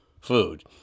food